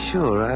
Sure